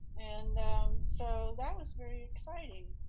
and so that was very exciting,